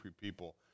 people